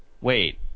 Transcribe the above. wait